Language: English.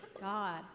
God